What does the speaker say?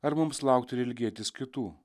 ar mums laukti ir ilgėtis kitų